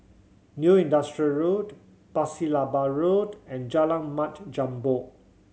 New Industrial Road Pasir Laba Road and Jalan Mat Jambol